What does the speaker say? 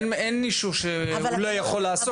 אין אישור שהוא לא יכול לעסוק.